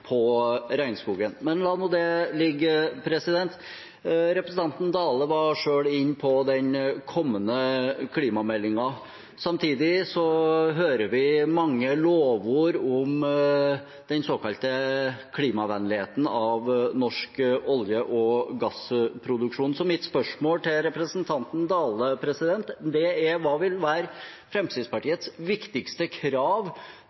på regnskogen. Men la nå det ligge. Representanten Dale var selv inne på den kommende klimameldingen. Samtidig hører vi mange lovord om den såkalte klimavennligheten i norsk olje- og gassproduksjon. Så mitt spørsmål til representanten Dale er: Hva vil være Fremskrittspartiets viktigste krav